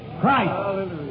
Christ